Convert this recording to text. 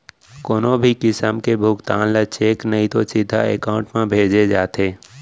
कोनो भी किसम के भुगतान ल चेक नइ तो सीधा एकाउंट म भेजे जाथे